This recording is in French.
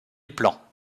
plans